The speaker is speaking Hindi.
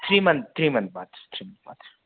थ्री मंथ थ्री मंथ बाद थ्री मंथ बाद